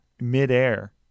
midair